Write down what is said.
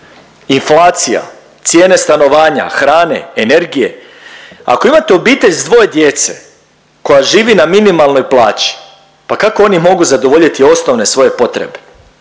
inflacija, cijene stanovanja, hrane, energije. Ako imate obitelj s dvoje djece koja živi na minimalnoj plaći pa kako oni mogu zadovoljiti osnovne svoje potrebe?